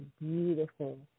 beautiful